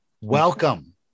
welcome